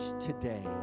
today